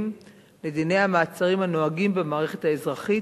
לדיני המעצרים הנוהגים במערכת האזרחית,